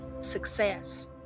success